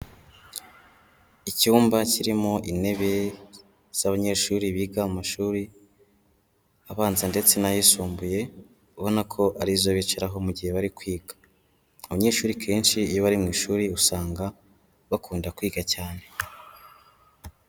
Icyumba kirimo intebe z'abanyeshuri biga amashuri abanza ndetse n'ayisumbuye, ubona ko ari izo bicaraho mu gihe bari kwiga, abanyeshuri kenshi iyo bari mu ishuri usanga bakunda kwiga cyane.